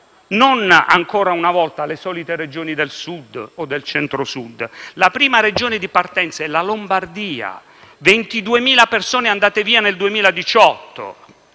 ancora una volta, non sono le solite Regioni del Sud o del Centro-Sud. La prima Regione di partenza è la Lombardia, con 22.000 persone andate via nel 2018,